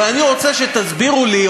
אבל אני רוצה שתסבירו לי,